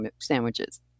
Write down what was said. sandwiches